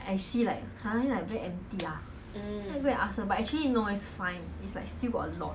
I see like !huh! very empty ah then I go and ask her but actually no eh it's fine it's like still got a lot